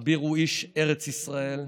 אביר הוא איש ארץ ישראל,